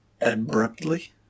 Abruptly